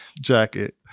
jacket